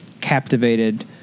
captivated